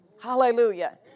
Hallelujah